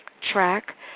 track